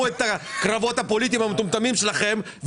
את הקרבות הפוליטיים המטומטמים שלכם,